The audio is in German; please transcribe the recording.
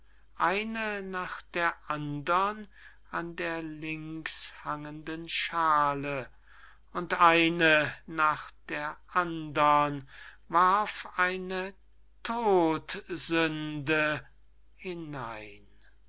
eine nach der andern an der links hangenden schaale und eine nach der andern warf eine todsünde hinein